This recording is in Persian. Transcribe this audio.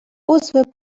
عضو